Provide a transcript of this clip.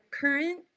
current